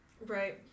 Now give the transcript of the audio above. Right